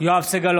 בעד יואב סגלוביץ'